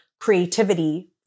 creativity